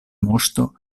moŝto